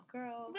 Girl